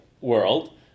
world